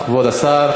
תודה, כבוד השר.